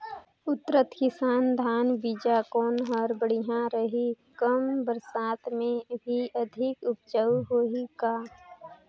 उन्नत किसम धान बीजा कौन हर बढ़िया रही? कम बरसात मे भी अधिक उपज होही का?